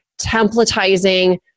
templatizing